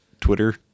Twitter